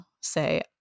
say